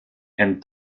and